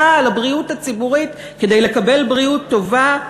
בבריאות הציבורית כדי לקבל בריאות טובה?